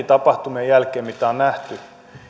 tapahtumien jälkeen mitä on nähty